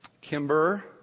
Kimber